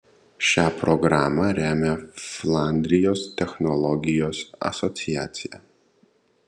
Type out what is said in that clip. šią programą remia flandrijos technologijos asociacija